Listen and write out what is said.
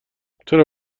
چرا